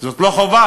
זאת לא חובה.